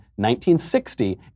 1960